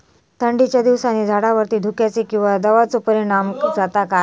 थंडीच्या दिवसानी झाडावरती धुक्याचे किंवा दवाचो परिणाम जाता काय?